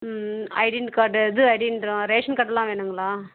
உம் identity card இது ஐடென்ட்டிங்றோம் ration கார்டெல்லாம் வேணுங்களா